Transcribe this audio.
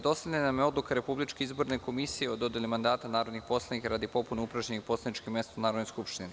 Dostavljena vam je Odluka Republičke izborne komisije o dodeli mandata narodnih poslanika radi popune upražnjenih poslaničkih mesta narodnih poslanika u Skupštini.